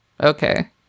Okay